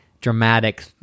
dramatic